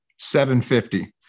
750